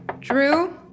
Drew